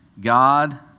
God